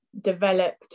developed